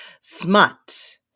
Smut